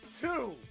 Two